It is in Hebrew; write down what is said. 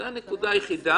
זו הנקודה היחידה,